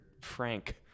Frank